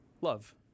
love